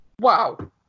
wow